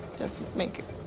just make